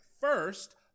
First